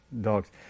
dogs